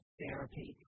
therapy